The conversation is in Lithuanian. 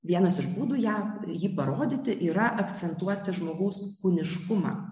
vienas iš būdų ją jį parodyti yra akcentuoti žmogaus kūniškumą